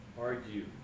Argue